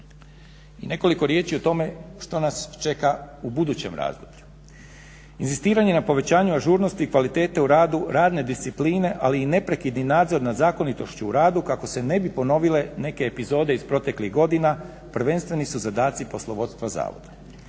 I nekoliko riječi o tome što nas čeka u budućem razdoblju. Inzistiranje na povećanju ažurnosti, kvalitete u radu, radne discipline, ali i neprekidni nadzor nad zakonitošću u radu kako se ne bi ponovile neke epizode iz proteklih godina, prvenstveni su zadaci poslovodstva zavoda.